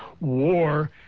war